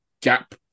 gap